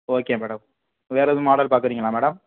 okay madam வேறெதும் model பார்க்குறீங்களா madam